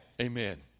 Amen